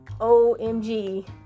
omg